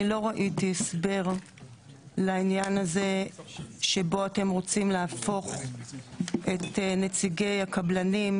אני לא ראיתי הסבר לעניין הזה שבו אתם רוצים להפוך את נציגי הקבלנים,